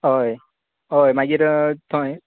हय हय मागीर थंय